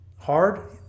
Hard